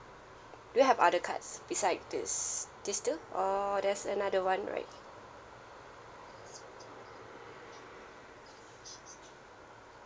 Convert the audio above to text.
do you have other cards besides these these two or there's another one right